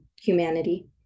humanity